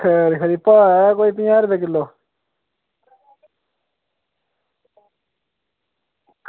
एह् खरी भाव कोई पंजाह् रपेआ किलो